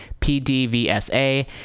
PDVSA